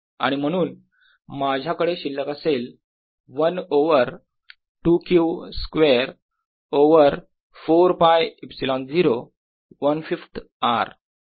आणि म्हणून माझ्याकडे शिल्लक असेल 1 ओवर 2 Q स्क्वेअर ओवर 4ㄫε0 - 1 5थ R